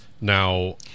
now